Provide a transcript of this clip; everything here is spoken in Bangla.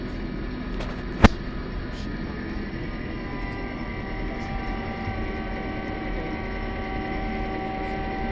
পশ্চিম বাংলার পশ্চিম বাংলায় মূল যে ঘর এলাকা ছিল তার অনেকটাই মাটির বাড়ি ছিল সেইখানে